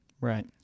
Right